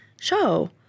show